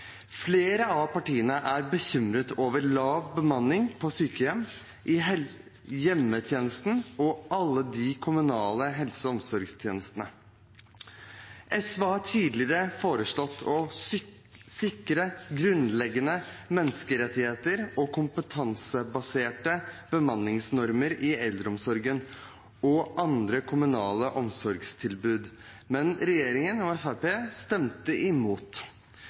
Flere av partiene er bekymret over lav bemanning på sykehjem, i hjemmetjenesten og i alle de kommunale helse- og omsorgstjenestene. SV har tidligere foreslått å sikre grunnleggende menneskerettigheter og kompetansebaserte bemanningsnormer i eldreomsorgen og andre kommunale omsorgstilbud, men regjeringen og Fremskrittspartiet stemte imot.